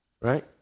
Right